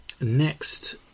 next